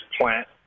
plant